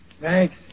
thanks